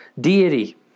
deity